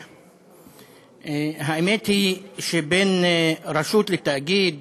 האמת היא שבין רשות לתאגיד,